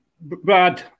Brad